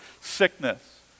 sickness